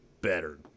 better